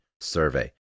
survey